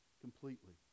Completely